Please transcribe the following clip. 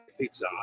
pizza